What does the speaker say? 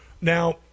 now